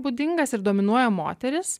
būdingas ir dominuoja moterys